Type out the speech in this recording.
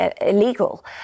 illegal